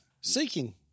Seeking